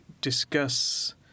discuss